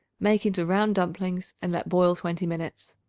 make into round dumplings and let boil twenty minutes.